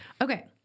Okay